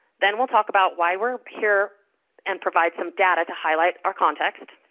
then we'll talk about why we're here and provide some data to highlight our context,